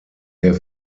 der